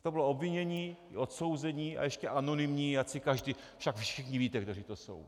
To bylo obvinění i odsouzení a ještě anonymní, ať si každý... však všichni víte, kteří to jsou.